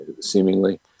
seemingly